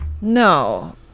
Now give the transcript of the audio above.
no